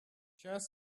сейчас